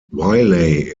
wiley